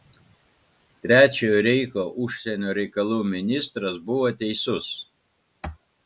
trečiojo reicho užsienio reikalų ministras buvo teisus